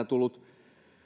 tullut